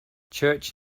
church